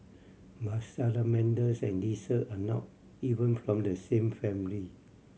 but salamanders and lizard are not even from the same family